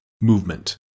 movement